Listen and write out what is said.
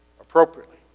appropriately